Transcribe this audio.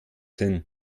hin